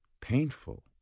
painful